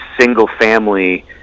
single-family